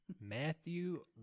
Matthew